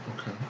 Okay